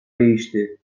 değişti